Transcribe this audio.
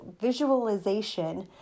visualization